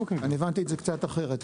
הבנתי את זה קצת אחרת.